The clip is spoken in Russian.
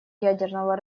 ядерного